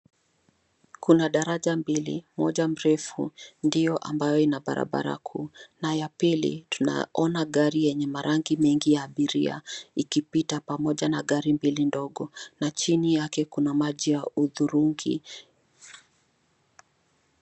Kuna daraja mbili, ,moja mrefu, ndiyo ambayo ina barabara kuu, na ya pili, tunaona gari yenye marangi mengi ya abiria ikipita pamoja na gari mbili ndogo, na chini yake kuna maji ya hudhurungi.